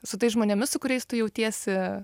su tais žmonėmis su kuriais tu jautiesi